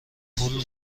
پول